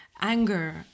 anger